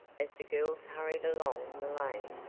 as the girls hurried along the lane,